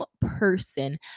person